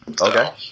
Okay